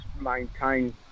maintained